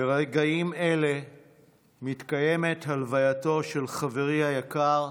וברגעים אלה מתקיימת הלווייתו של חברי היקר,